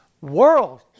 world